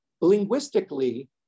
linguistically